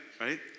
right